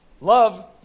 Love